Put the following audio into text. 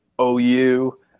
OU